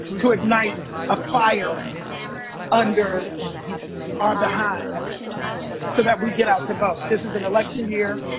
to ignite a fire under our behinds so that we get out to vote. this is an election year.